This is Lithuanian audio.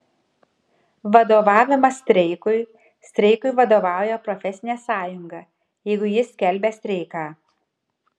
vadovavimas streikui streikui vadovauja profesinė sąjunga jeigu ji skelbia streiką